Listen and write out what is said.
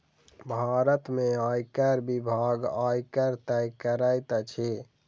भारत में आयकर विभाग, आयकर तय करैत अछि